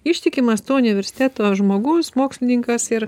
ištikimas to universiteto žmogus mokslininkas ir